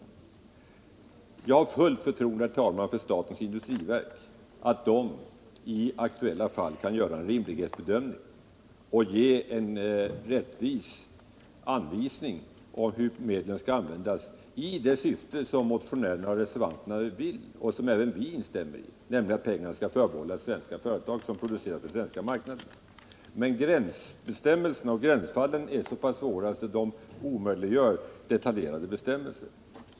RR Jag har fullt förtroende, herr talman, för statens industriverks förmåga Vissa anslag inom att i aktuella fall göra en rimlighetsbedömning och ge rättvisande an = industridepartevisningar om hur medlen skall användas i det syfte som motionärerna = mentets verksamoch reservanterna anger och som även vi instämmer i, nämligen att peng — hetsområde arna skall förbehållas svenska företag som producerar för den svenska marknaden. Men gränsfallen är så pass svåra att de omöjliggör detaljerade bestämmelser.